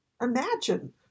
imagine